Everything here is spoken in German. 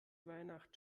weihnacht